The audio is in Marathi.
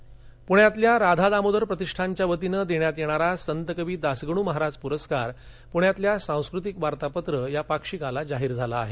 प्रस्कार पुण्यातल्या राधा दामोदर प्रतिष्ठानच्या वतीनं देण्यात येणारा संतकवी दासगणू महाराज पुरस्कार पुण्यातल्या सास्कृतिक वार्तापत्र पाक्षिकाला जाहीर झाला आहे